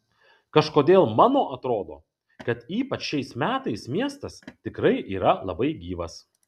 kažkodėl mano atrodo kad ypač šiais metais miestas tikrai yra labai gyvas